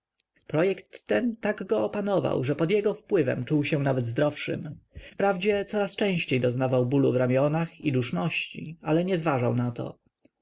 projekt ten tak go opanował że pod jego wpływem czuł się nawet zdrowszym wprawdzie coraz częściej doznawał bólu w ramionach i duszności ale nie zważał nato pojadę na